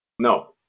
No